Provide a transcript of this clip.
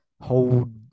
hold